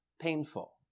painful